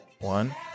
One